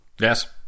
Yes